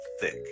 thick